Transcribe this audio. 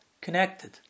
connected